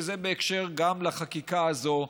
וזה גם בהקשר של החקיקה הזאת,